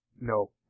No